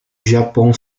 japon